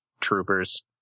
troopers